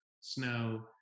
snow